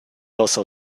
also